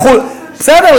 בסדר,